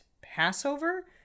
passover